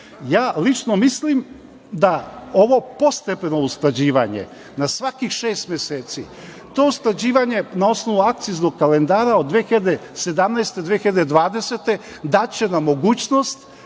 Lično mislim da ovo postepeno usklađivanje na svakih šest meseci, to usklađivanje na osnovu akciznog kalendara od 2017-2020. godine daće nam mogućnost